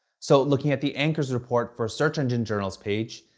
so looking at the anchors reports for search engine journal's page,